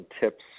tips